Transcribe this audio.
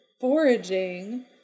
foraging